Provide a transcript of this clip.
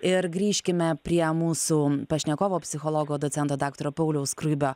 ir grįžkime prie mūsų pašnekovo psichologo docento daktaro pauliaus skruibio